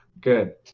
Good